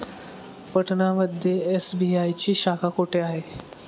पटना मध्ये एस.बी.आय ची शाखा कुठे आहे?